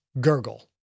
gurgle